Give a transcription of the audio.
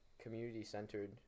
community-centered